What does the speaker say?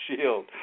shield